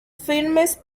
filmes